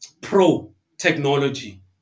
pro-technology